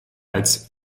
als